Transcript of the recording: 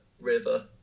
River